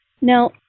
Now